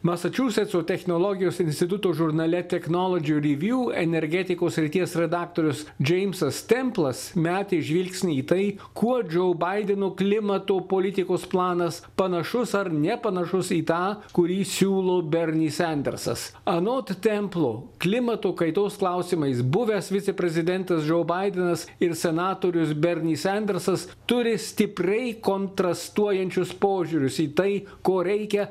masačusetso technologijos instituto žurnale technologies rivju energetikos srities redaktorius džeimsas templas metė žvilgsnį į tai ko džo baideno klimato politikos planas panašus ar nepanašus į tą kurį siūlo berni sandersas anot templo klimato kaitos klausimais buvęs viceprezidentas džo baidemas ir senatorius berni sandersas turi stipriai kontrastuojančius požiūrius į tai ko reikia